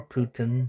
Putin